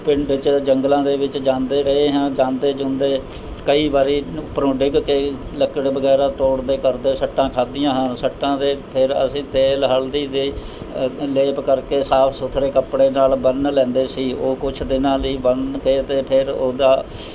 ਪਿੰਡ 'ਚ ਜੰਗਲਾਂ ਦੇ ਵਿੱਚ ਜਾਂਦੇ ਰਹੇ ਹਾਂ ਜਾਂਦੇ ਜੁਂਦੇ ਕਈ ਵਾਰੀ ਉਪਰੋਂ ਡਿੱਗ ਕੇ ਲੱਕੜ ਵਗੈਰਾ ਤੋੜਦੇ ਕਰਦੇ ਸੱਟਾਂ ਖਾਦੀਆਂ ਹਨ ਸੱਟਾਂ ਦੇ ਫਿਰ ਅਸੀਂ ਤੇਲ ਹਲਦੀ ਦੇ ਲੇਪ ਕਰਕੇ ਸਾਫ ਸੁਥਰੇ ਕੱਪੜੇ ਨਾਲ਼ ਬੰਨ ਲੈਂਦੇ ਸੀ ਉਹ ਕੁਝ ਦਿਨਾਂ ਲਈ ਬੰਨ ਕੇ ਅਤੇ ਫਿਰ ਉਹਦਾ